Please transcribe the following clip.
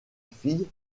fille